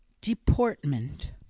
Deportment